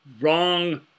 wrong